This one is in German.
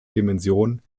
dimension